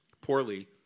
poorly